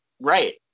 right